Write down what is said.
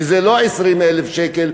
שזה לא 20,000 שקל,